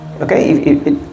Okay